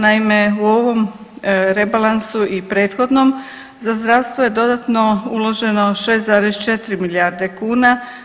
Naime u ovom rebalansu i prethodnom za zdravstvo je dodatno uloženo 6,4 milijarde kuna.